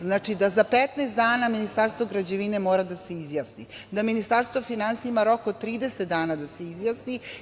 Znači, da za 15 dana Ministarstvo građevine mora da se izjasni, da Ministarstvo finansija ima rok od 30 dana da se izjasni.